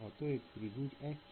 অতএব ত্রিভুজ 1 কি